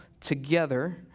together